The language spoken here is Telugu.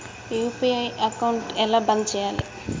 యూ.పీ.ఐ అకౌంట్ ఎలా బంద్ చేయాలి?